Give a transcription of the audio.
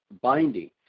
binding